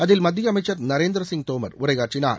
அதில் மத்திய அமைச்சர் நரேந்திரசிங் தோமர் உரையாற்றினார்